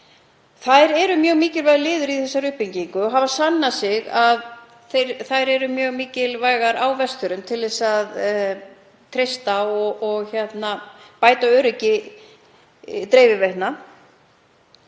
Þær eru mjög mikilvægur liður í þessari uppbyggingu og það hefur sannað sig að þær eru mjög mikilvægar á Vestfjörðum til að treysta og bæta öryggi dreifiveitna.